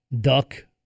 duck